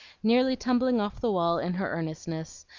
nearly tumbling off the wall in her earnestness,